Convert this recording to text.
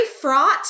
fraught –